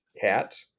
cat